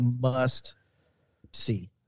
must-see